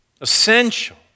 essential